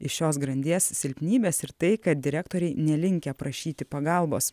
iš šios grandies silpnybes ir tai kad direktoriai nelinkę prašyti pagalbos